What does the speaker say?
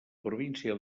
província